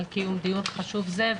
על קיום דיון חשוב זה.